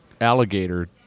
alligator